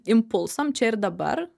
impulsam čia ir dabar